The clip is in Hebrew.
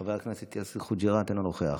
חבר הכנסת יאסר חוג'יראת, אינו נוכח,